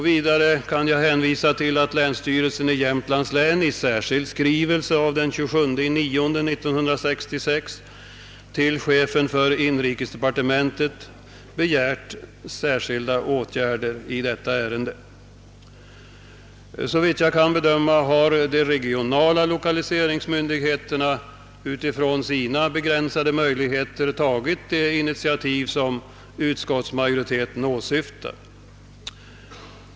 Vidare kan jag hänvisa till att länsstyrelsen i Jämtlands län i skrivelse av den 27 september 1966 till chefen för inrikesdepartementet begärt särskilda åtgärder i detta ärende. Såvitt jag kan bedöma har de regionala lokaliseringsmyndigheterna med sina begränsade möjligheter tagit de initiativ som utskottsmajoriteten åsyftar.